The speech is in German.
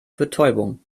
betäubung